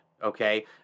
okay